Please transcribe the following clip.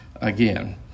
again